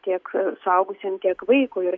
tiek suaugusiam tiek vaikui ir